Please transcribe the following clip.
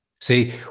See